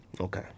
Okay